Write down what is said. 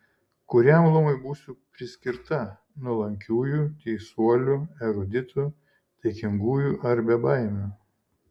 kuriam luomui būsiu priskirta nuolankiųjų teisuolių eruditų taikingųjų ar bebaimių